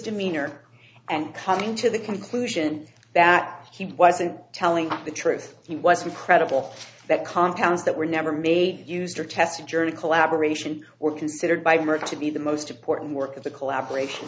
demeanor and coming to the conclusion that he wasn't telling the truth he wasn't credible that compounds that were never made used to test a journey collaboration were considered by her to be the most important work of the collaboration